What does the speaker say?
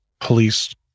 police